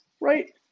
right